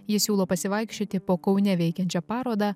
ji siūlo pasivaikščioti po kaune veikiančią parodą